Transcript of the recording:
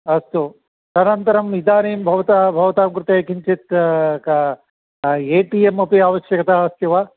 अस्तु तदनन्तरं इदानीं भवता भवतां कृते किञ्चित् ए टि एम् अपि आवश्यकता अस्ति वा